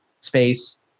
space